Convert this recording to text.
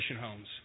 homes